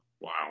Wow